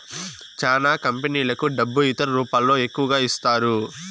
చానా కంపెనీలకు డబ్బు ఇతర రూపాల్లో ఎక్కువగా ఇస్తారు